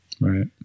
Right